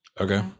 Okay